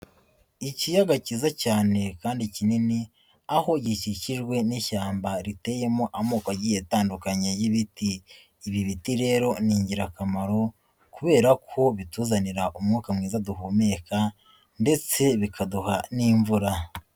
Ikiyaga kiza cyane kandi kinini, aho gikikijwe n'ishyamba riteyemo amoko agiye atandukanye y'ibiti, ibi biti rero ni ingirakamaro kubera ko bituzanira umwuka mwiza duhumeka ndetse bikaduha n'imvura.